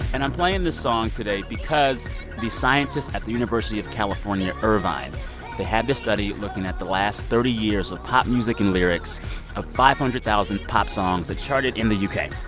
and i'm playing this song today because the scientists at the university of california, irvine they had this study looking at the last thirty years of pop music and lyrics of five hundred thousand pop songs that charted in the u k.